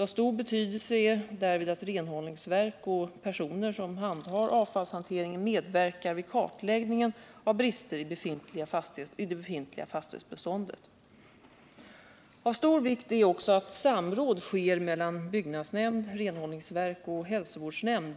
Av stor betydelse är därvid att renhållningsverk och personer som handhar avfallshanteringen medverkar vid kartläggningen av brister i det befintliga fastighetsbeståndet. Av stor vikt är också att samråd sker mellan byggnadsnämnd, renhållningsverk och hälsovårdsnämnd